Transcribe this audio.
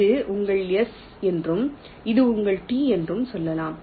இது உங்கள் S என்றும் இது உங்கள் T என்றும் சொல்லலாம்